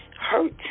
hurt